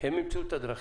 הן ימצאו את הדרכים,